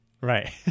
Right